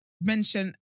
Mention